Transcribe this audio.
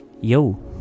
yo